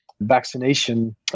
vaccination